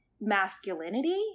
masculinity